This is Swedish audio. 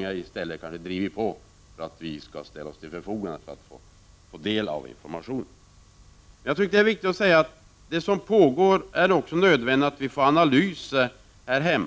i stället många gånger drivit på för att vi skall ställa oss till föfogande när det gäller att få del av informationen. Det är viktigt att säga att det som pågår också innebär att det är nödvän 13 digt att vi får analyser här hemma.